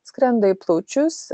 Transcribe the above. skrenda į plaučius